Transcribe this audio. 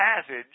passage